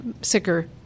sicker